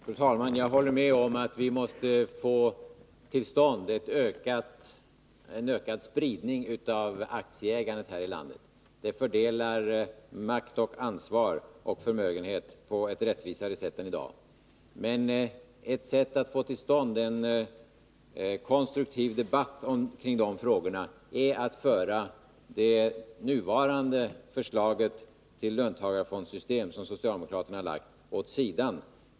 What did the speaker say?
Fru talman! Jag håller med om att vi måste få till stånd en ökad spridning av aktieägandet här i landet. Härigenom skulle makt, ansvar och förmögenhet fördelas på ett rättvisare sätt än i dag. Ett sätt att få till stånd en konstruktiv debatt omkring dessa frågor är att föra åt sidan det förslag till löntagarfondssystem som nu föreligger från socialdemokraterna.